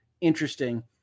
interesting